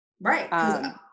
Right